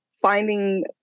finding